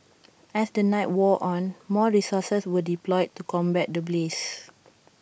as the night wore on more resources were deployed to combat the blaze